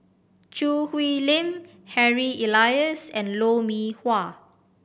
Choo Hwee Lim Harry Elias and Lou Mee Wah